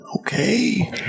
Okay